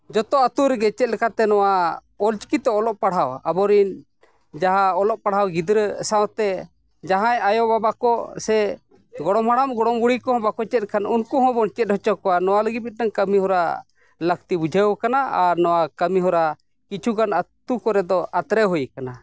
ᱡᱚᱛᱚ ᱟᱹᱛᱩ ᱨᱮᱜᱮ ᱪᱮᱫᱠᱟᱛᱮ ᱱᱚᱣᱟ ᱚᱞ ᱪᱤᱠᱤᱛᱮ ᱚᱞᱚᱜ ᱯᱟᱲᱦᱟᱣ ᱟᱵᱚ ᱨᱮᱱ ᱡᱟᱦᱟᱸ ᱚᱞᱚᱜ ᱯᱟᱲᱦᱟᱣ ᱜᱤᱫᱽᱨᱟᱹ ᱥᱟᱶᱛᱮ ᱡᱟᱦᱟᱸᱭ ᱟᱭᱳᱼᱵᱟᱵᱟ ᱠᱚ ᱥᱮ ᱜᱚᱲᱚᱢ ᱦᱟᱲᱟᱢ ᱜᱚᱲᱚᱢ ᱵᱩᱲᱦᱤ ᱠᱚ ᱵᱟᱠᱚ ᱪᱮᱫ ᱠᱷᱟᱱ ᱩᱱᱠᱩ ᱦᱚᱸ ᱵᱚᱱ ᱪᱮᱫ ᱦᱚᱪᱚ ᱠᱚᱣᱟ ᱱᱚᱣᱟ ᱞᱟᱹᱜᱤᱫ ᱢᱤᱫᱴᱟᱹᱱ ᱠᱟᱹᱢᱤ ᱦᱚᱨᱟ ᱞᱟᱹᱠᱛᱤ ᱵᱩᱡᱷᱟᱹᱣ ᱠᱟᱱᱟ ᱟᱨ ᱱᱚᱣᱟ ᱠᱟᱹᱢᱤ ᱦᱚᱨᱟ ᱠᱤᱪᱷᱩ ᱜᱟᱱ ᱟᱹᱛᱩ ᱠᱚᱨᱮ ᱫᱚ ᱟᱛᱨᱮ ᱦᱩᱭ ᱠᱟᱱᱟ